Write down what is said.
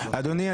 אדוני,